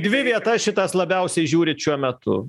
dvi vietas šitas labiausiai žiūrit šiuo metu